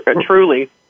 truly